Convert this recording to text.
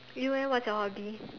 you eh what's your hobby